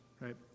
right